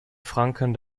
franken